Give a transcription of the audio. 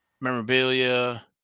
memorabilia